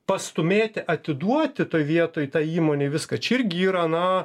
pastūmėti atiduoti toj vietoj tai įmonei viską čia irgi yra na